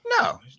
No